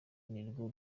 nirwo